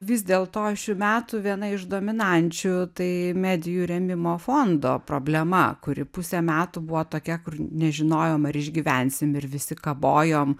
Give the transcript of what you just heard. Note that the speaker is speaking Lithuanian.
vis dėlto šių metų viena iš dominančių tai medijų rėmimo fondo problema kuri pusę metų buvo tokia kur nežinojom ar išgyvensim ir visi kabojom